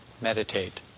meditate